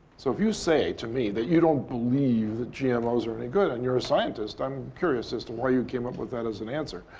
so if you say to me that you don't believe that gmos are any good and you're a scientist, i'm curious as to why you came up with that as an answer.